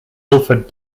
ilford